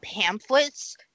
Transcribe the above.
pamphlets